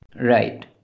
Right